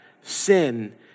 sin